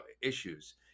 issues